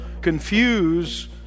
confuse